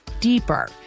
deeper